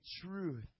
truth